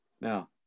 Now